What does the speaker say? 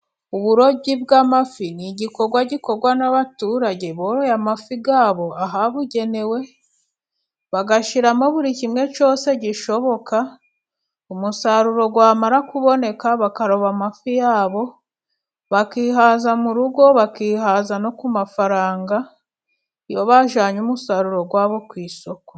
Uburobyi bw'amafi ni igikorwa gikorwa n'abaturage boroye amafi yabo ahabugenewe, bagashyiramo buri kimwe cyose gishoboka, umusaruro wamara kuboneka, bakaroba amafi yabo bakihaza mu rugo, bakihaza no ku mafaranga iyo bajyanye umusaruro wabo ku isoko.